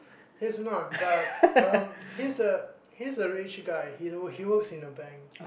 he's not but um he's a he's a rich guy he works in a bank